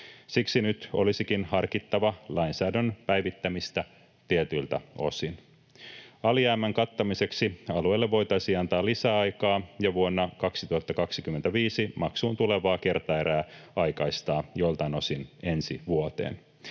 Siksi nyt olisikin harkittava lainsäädännön päivittämistä tietyiltä osin. Alijäämän kattamiseksi alueille voitaisiin antaa lisäaikaa ja vuonna 2025 maksuun tulevaa kertaerää aikaistaa joiltain osin ensi vuoteen.